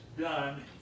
done